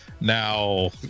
Now